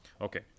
Okay